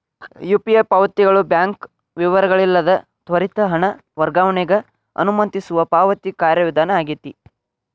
UPI ಪಾವತಿಗಳು bank ವಿವರಗಳಿಲ್ಲದ ತ್ವರಿತ ಹಣ ವರ್ಗಾವಣೆಗ ಅನುಮತಿಸುವ ಪಾವತಿ ಕಾರ್ಯವಿಧಾನ ಆಗೆತಿ